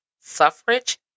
suffrage